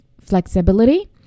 flexibility